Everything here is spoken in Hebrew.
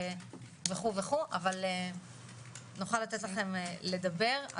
אבל נוכל לתת לכם דבר.